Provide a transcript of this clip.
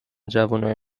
جوونای